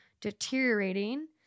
deteriorating